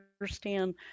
understand